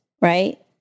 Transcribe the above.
right